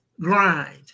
grind